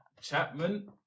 Chapman